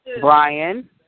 Brian